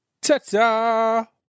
Ta-ta